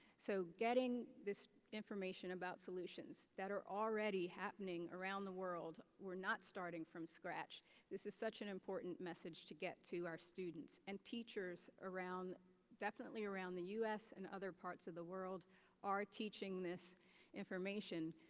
so getting this information about solutions that are already happening around the world we're not starting from scratch this is such an important message to get to our students and teachers definitely around the us and other parts of the world are teaching this information.